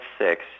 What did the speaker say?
six